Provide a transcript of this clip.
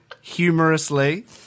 humorously